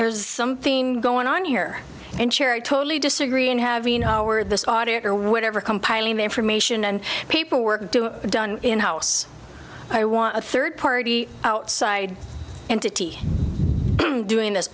there's something going on here and share a totally disagree and have even howard this audit or whatever compiling the information and paperwork done in house i want a third party outside entity doing this